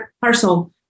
parcel